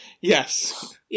Yes